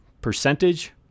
percentage